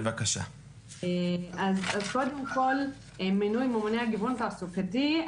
אז קודם כל מינוי ממונה גיוון תעסוקתי.